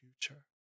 future